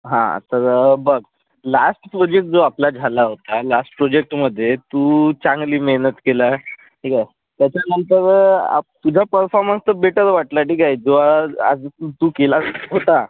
हा तर बघ लास्ट प्रोजेक्ट जो आपला झाला होता लास्ट प्रोजेक्टमधे तू चांगली मेहनत केला त्याच्यानंतर आप तुझा परफॉर्मन्स तर बेटर वाटला ठीक आहे जो आज तू केलास होता